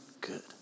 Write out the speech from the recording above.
good